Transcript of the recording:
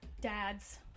Dads